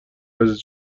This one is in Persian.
عزیز